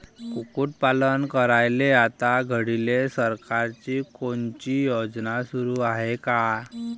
कुक्कुटपालन करायले आता घडीले सरकारची कोनची योजना सुरू हाये का?